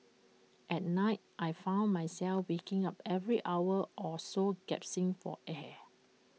at night I found myself waking up every hour or so gasping for air